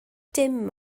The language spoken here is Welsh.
dim